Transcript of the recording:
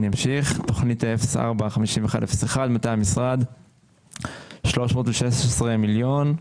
עיקרי הפנייה וחלוקת התכניות: תכנית 04-51051 316 מיליון,